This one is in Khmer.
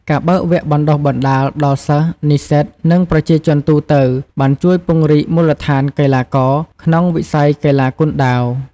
ការបើកវគ្គបណ្តុះបណ្តាលដល់សិស្ស-និស្សិត និងប្រជាជនទូទៅ បានជួយពង្រីកមូលដ្ឋានកីឡាករ ក្នុងវិស័យកីឡាគុនដាវ។